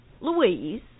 Louise